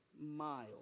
miles